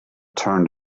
turned